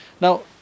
Now